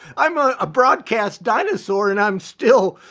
i'm ah a broadcast dinosaur and i'm still,